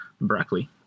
broccoli